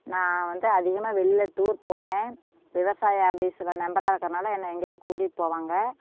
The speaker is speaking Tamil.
நான் வந்து அதிகமாக வெளியில டூர் போவேன் விவசாய ஆபீஸ்ல மெம்பராக இருக்கிறனால என்னை எங்கேயாவது கூட்டிட்டுப் போவாங்க